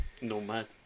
Nomad